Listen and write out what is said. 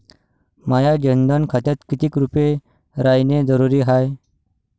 माह्या जनधन खात्यात कितीक रूपे रायने जरुरी हाय?